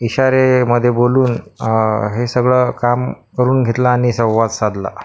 इशारेमध्ये बोलून हे सगळं काम करून घेतलं आणि संवाद साधला